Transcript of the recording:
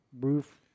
roof